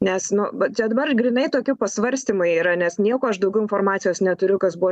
nes nu va čia dabar grynai tokiu pasvarstymai yra nes nieko aš daugiau informacijos neturiu kas buvo